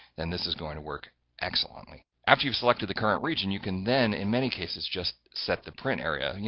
then this is going to work excellently. after you've selected the current region, you can then in many cases just set the print area, you